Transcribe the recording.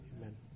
Amen